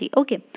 okay